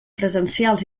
presencials